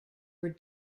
were